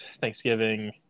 thanksgiving